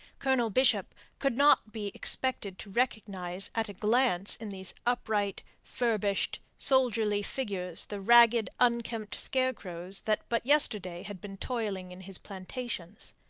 colonel bishop could not be expected to recognize at a glance in these upright, furbished, soldierly figures the ragged, unkempt scarecrows that but yesterday had been toiling in his plantations.